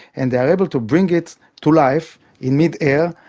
and they are able to bring it to life in midair,